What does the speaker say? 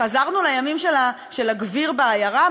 חזרנו לימים של הגביר בעיירה?